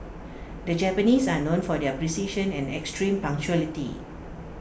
the Japanese are known for their precision and extreme punctuality